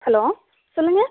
hello சொல்லுங்கள்